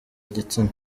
igitsina